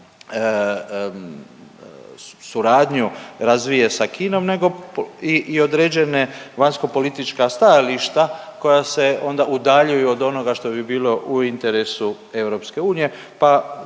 suradnju razvija sa Kinom nego i određena vanjskopolitička stajališta koja se onda udaljuju od onoga što bi bilo u interesu EU,